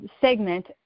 segment